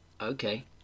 okay